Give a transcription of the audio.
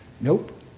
Nope